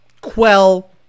quell